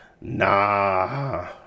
Nah